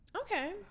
Okay